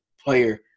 player